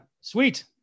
Sweet